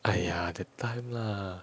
!aiya! that time lah